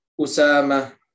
Usama